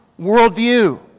worldview